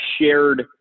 shared